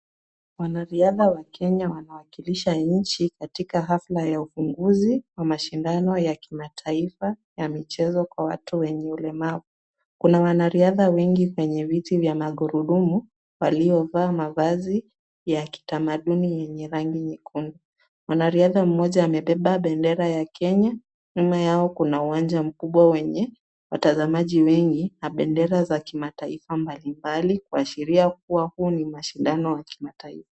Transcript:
Wanariadha wa Kenya wanawakilisha nchi katika hafla ya ufunguzi wa mashindano ya kimataifa ya michezo kwa watu wenye ulemavu. Kuna wanariadha wengi kwenye viti vya magurudumu waliovaa mavazi ya kitamaduni yenye rangi nyekundu. Mwanariadha mmoja amebeba bendera ya Kenya. Nyuma yao kuna uwanja mkubwa wenye watazamaji wengi na bendera za kimataifa mbalimbali kuashiria kuwa huu ni mashindano ya kimataifa.